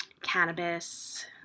Cannabis